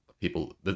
people